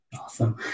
Awesome